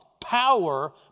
power